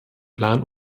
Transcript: plan